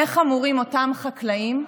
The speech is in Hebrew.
איך אמורים אותם חקלאים,